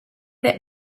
that